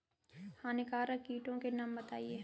हानिकारक कीटों के नाम बताएँ?